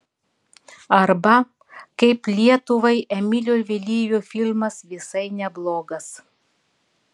arba kaip lietuvai emilio vėlyvio filmas visai neblogas